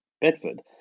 Bedford